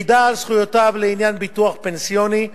מידע על זכויותיו לעניין ביטוח פנסיוני,